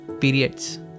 periods